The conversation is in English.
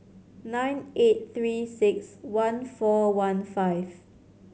nine eight Three Six One four one five